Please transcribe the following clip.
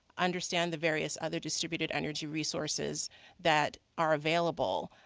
understand the various other distributed energy resources that are available.